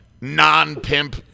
non-pimp